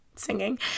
singing